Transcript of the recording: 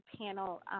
panel